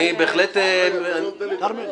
אתה לא נותן לי לדבר?